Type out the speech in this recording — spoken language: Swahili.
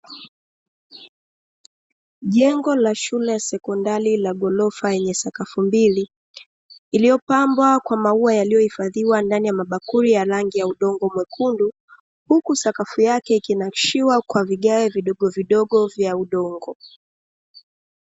Jengo la shule ya sekondari la ghorofa yenye sakafu mbili, lililopambwa kwa maua yaliyohifadhiwa ndani ya mabakuli ya rangi ya udongo mwekundu, huku sakafu yake ikinakshiwa kwa vigae vidogo vidogo vya udongo.